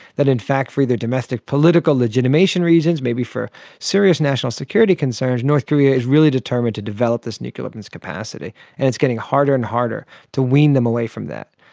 that in fact for either domestic political legitimation reasons, maybe for serious national security concerns, north korea is really determined to develop this nuclear weapons capacity and it's getting harder and harder to wean them away from that.